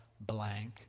blank